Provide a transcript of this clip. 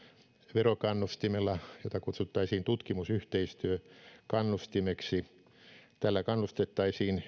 verokannustimella jota kutsuttaisiin tutkimusyhteistyökannustimeksi tällä kannustettaisiin